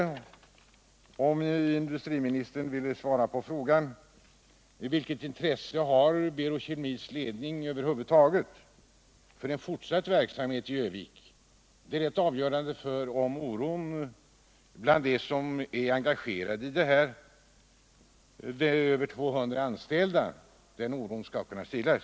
Vilket intresse har Berol Kemis ledning över huvud taget för en fortsatt verksamhet i Ö-vik? Svaret där är avgörande för om oron bland de över 200 anställda skall kunna stillas.